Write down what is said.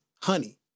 honey